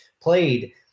played